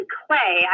clay